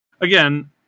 Again